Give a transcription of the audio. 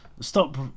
stop